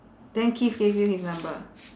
then keith gave you his number